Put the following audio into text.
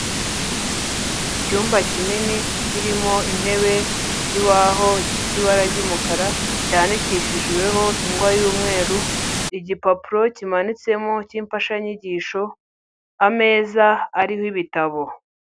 Icyumba kinini kirimo intebe, ikibaho gifite ibara ry'umukara cyandikishijweho ingwa y'umweru, igipapuro kimanitsemo cy'imfashanyigisho, ameza ariho ibitabo.